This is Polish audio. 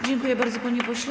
Dziękuję bardzo, panie pośle.